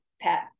pat